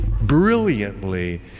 brilliantly